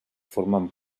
formen